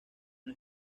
una